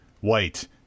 white